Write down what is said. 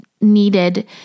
needed